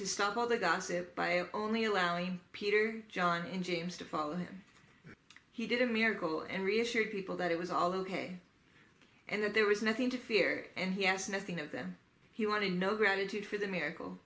to stop all the gossip by only allowing peter john in james to follow him he did a miracle and reassure people that it was all ok and that there was nothing to fear and he asked nothing of them he wanted no gratitude for the miracle